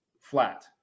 flat